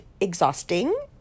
exhausting